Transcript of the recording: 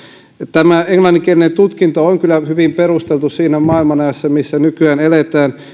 tämä englanninkielinen tutkinto on kyllä hyvin perusteltu siinä maailmanajassa missä nykyään eletään